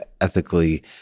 ethically